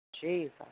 Jesus